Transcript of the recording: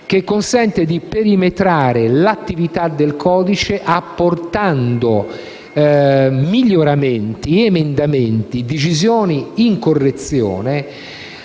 che consente di perimetrare l'attività del codice, apportando miglioramenti ed emendamenti. Prima di arrivare